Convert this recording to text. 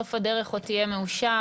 'בסוף הדרך עוד תהיה מאושר',